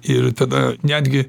ir tada netgi